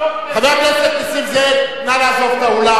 חבר הכנסת נסים זאב, נא לעזוב את האולם.